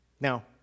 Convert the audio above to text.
Now